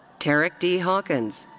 tarik d. hawkins.